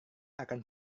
akan